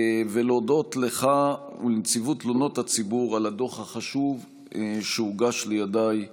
ולהודות לך ולנציבות תלונות הציבור על הדוח החשוב שהוגש לידיי היום.